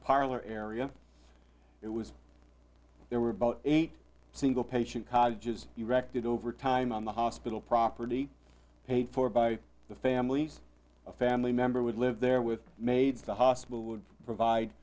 parlor area it was there were about eight single patient cottages erected over time on the hospital property paid for by the families a family member would live there with maids the hospital would provide